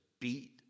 beat